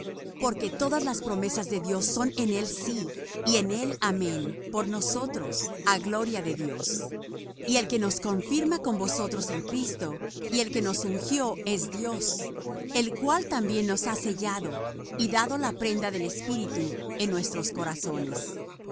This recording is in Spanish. porque todas las promesas de dios son en él sí y en él amén por nosotros á gloria de dios y el que nos confirma con vosotros en cristo y el que nos ungió es dios el cual también nos ha sellado y dado la prenda del espíritu en nuestros corazones